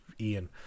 Ian